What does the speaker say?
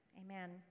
Amen